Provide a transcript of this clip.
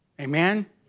Amen